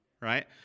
right